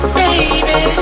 baby